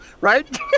right